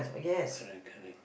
correct correct